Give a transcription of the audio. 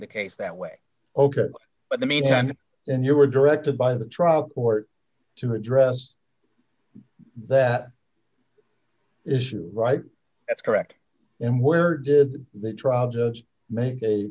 the case that way ok but the mean time and you were directed by the trial or to address that issue right that's correct and where did the trial judge made a